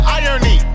irony